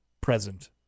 present